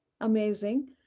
amazing